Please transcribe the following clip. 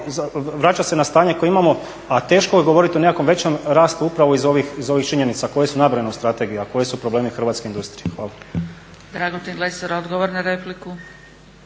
vraća se na stanje koje imamo, a teško je govoriti o nekakvom većem rastu upravo iz ovih činjenica koje su nabrojene u strategiji, a koje su problemi hrvatske industrije. Hvala.